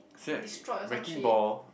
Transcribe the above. destroyed or some shit